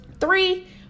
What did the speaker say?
Three